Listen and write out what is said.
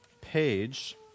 page